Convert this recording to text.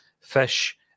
Fish